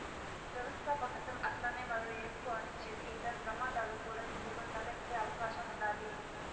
వ్యవస్థాపకతం అట్లనే మరో ఏపు అనిశ్చితి, ఇతర ప్రమాదాలు కూడా ఇందులో తలెత్తే అవకాశం ఉండాది